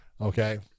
Okay